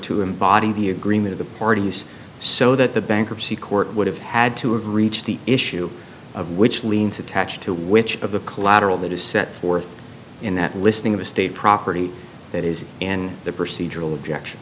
embody the agreement of the parties so that the bankruptcy court would have had to have reached the issue of which liens attached to which of the collateral that is set forth in that listing of a state property that is and the procedural objection